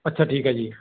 ਅੱਛਾ ਠੀਕ ਹੈ ਜੀ